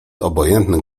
obojętny